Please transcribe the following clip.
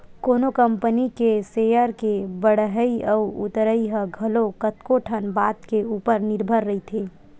कोनो कंपनी के सेयर के बड़हई अउ उतरई ह घलो कतको ठन बात के ऊपर निरभर रहिथे